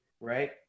right